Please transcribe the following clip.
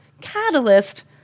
catalyst